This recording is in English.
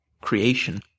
creation